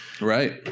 right